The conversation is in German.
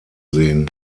sehen